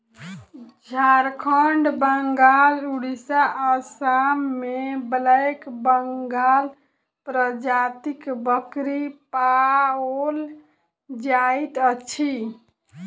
झारखंड, बंगाल, उड़िसा, आसाम मे ब्लैक बंगाल प्रजातिक बकरी पाओल जाइत अछि